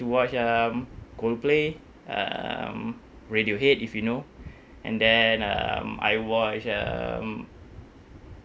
to watch um coldplay um radiohead if you know and then um I watch um